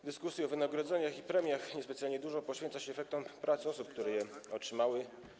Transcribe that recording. W dyskusji o wynagrodzeniach i premiach niespecjalnie dużo uwagi poświęca się efektom pracy osób, które je otrzymały.